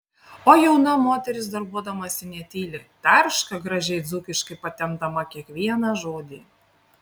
o jauna moteris darbuodamasi netyli tarška gražiai dzūkiškai patempdama kiekvieną žodį